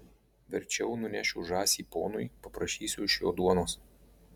verčiau nunešiu žąsį ponui paprašysiu iš jo duonos